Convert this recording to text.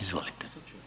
Izvolite.